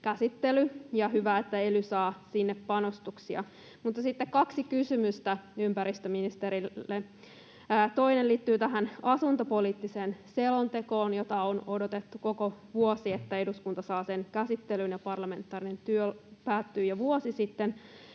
käsittely, ja hyvä, että ely saa sinne panostuksia. Mutta sitten kaksi kysymystä ympäristöministerille: Toinen liittyy tähän asuntopoliittiseen selontekoon, jota on odotettu koko vuosi, sitä, että eduskunta saa sen käsittelyyn, ja parlamentaarinen työ päättyi jo vuosi sitten.